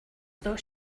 though